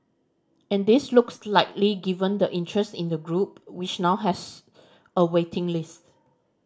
and this looks likely given the interest in the group which now has a waiting lists